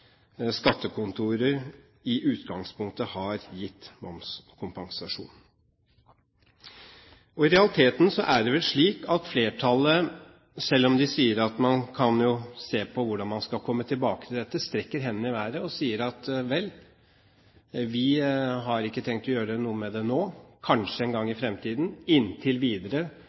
i utgangspunktet har gitt momskompensasjon. I realiteten er det vel slik at flertallet – selv om man sier at man kan se på hvordan man skal komme tilbake til dette – strekker hendene i været og sier: Vel, vi har ikke tenkt å gjøre noe med det nå – kanskje en gang i fremtiden. Inntil videre